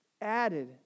added